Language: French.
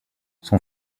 son